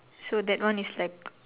so that one is like